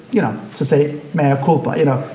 you know, say mea ah culpa, you know,